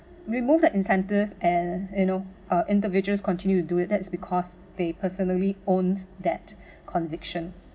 remove that incentive and you know uh individuals continue do it that's because they personally owns that conviction